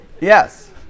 Yes